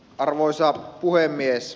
arvoisa puhemies